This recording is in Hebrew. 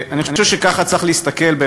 אני חושב שכך צריך להסתכל על